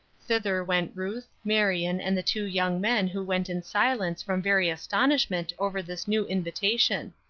thither went ruth, marion, and the two young men who went in silence from very astonishment over this new invitation.